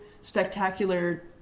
spectacular